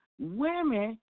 women